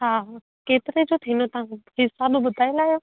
हा केतिरे जो थींदो तव्हां मूंखे हिसाब ॿुधाईंदव